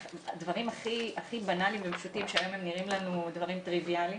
דברים הכי בנאליים ופשוטים שהיום נראים לנו דברים טריביאליים